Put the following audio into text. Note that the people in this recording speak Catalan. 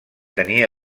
tenia